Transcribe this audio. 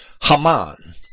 haman